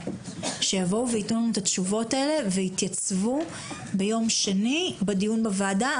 שיבואו וייתנו לנו את התשובות האלה ויתייצבו ביום שני בדיון בוועדה.